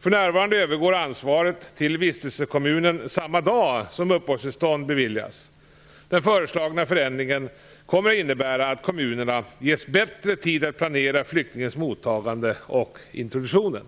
För närvarande övergår ansvaret till vistelsekommunen samma dag som uppehållstillstånd beviljas. Den föreslagna ändringen kommer att innebära att kommunerna ges bättre tid att planera flyktingens mottagande och introduktion.